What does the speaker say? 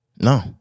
No